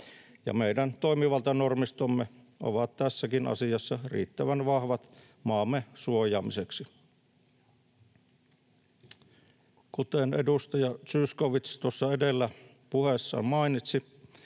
meidän toimivaltanormistomme ovat tässäkin asiassa riittävän vahvat maamme suojaamiseksi. Kuten edustaja Zyskowicz tuossa edellä puheessaan mainitsi,